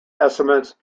estimates